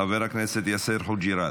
חבר הכנסת יאסר חוג'יראת.